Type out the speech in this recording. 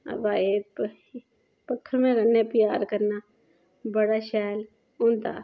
अबा इक पक्खरु कन्नै प्यार करना बड़ा शैल होंदा